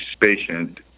patient